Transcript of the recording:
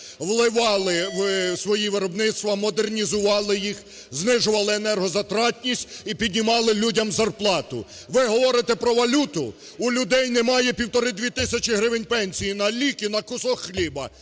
вливали в свої виробництва, модернізували їх, знижували енергозатратність і піднімали людям зарплату. Ви говорите про валюту, у людей немає півтори, дві тисячі гривень пенсії на ліки, на кусок хліба,